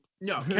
no